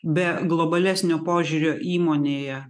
be globalesnio požiūrio įmonėje